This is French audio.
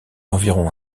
environ